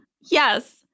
Yes